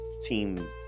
team